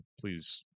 please